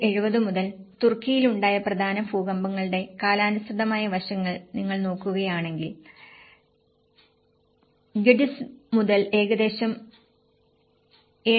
1970 മുതൽ തുർക്കിയിൽ ഉണ്ടായ പ്രധാന ഭൂകമ്പങ്ങളുടെ കാലാനുസൃതമായ വശങ്ങൾ നിങ്ങൾ നോക്കുകയാണെങ്കിൽ Gediz മുതൽ ഏകദേശം 7